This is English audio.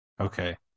Okay